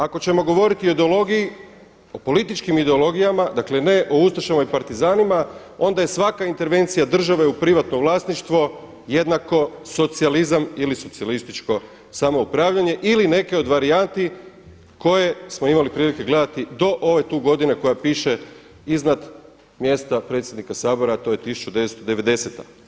Ako ćemo govoriti o ideologiji, o političkim ideologijama dakle ne o ustašama i partizanima onda je svaka intervencija države u privatno vlasništvo jednako socijalizam ili socijalističko samoupravljanje ili neke od varijanti koje smo imali prilike gledati do ove tu godine koja piše iznad mjesta predsjednika Sabora, a to je 1990.